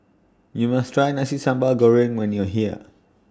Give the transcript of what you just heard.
YOU must Try Nasi Sambal Goreng when YOU Are here